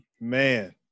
Man